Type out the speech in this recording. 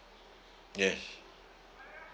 yes